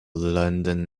london